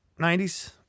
90s